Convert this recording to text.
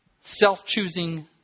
self-choosing